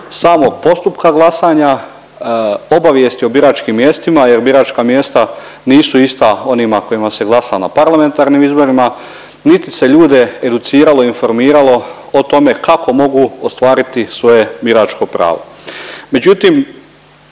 samog postupka glasanja, obavijesti o biračkim mjestima jer biračka mjesta nisu ista onima kojima se glasalo na parlamentarnim izborima niti se ljude educiralo i informiralo o tome kako mogu ostvariti svoje biračko pravo.